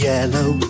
Yellow